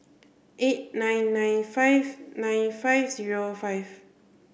eight nine nine five nine five zero five